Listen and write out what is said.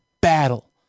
battle